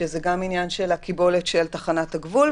שזה גם הקיבולת של תחנת הגבול,